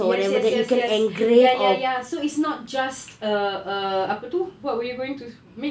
yes yes yes yes ya ya ya so it's not just err err apa tu what we going to make